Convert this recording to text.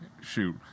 shoot